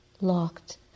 locked